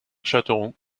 châteauroux